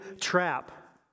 trap